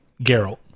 Geralt